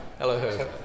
Hello